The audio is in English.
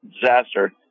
disaster